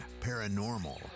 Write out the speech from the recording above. Paranormal